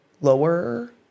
lower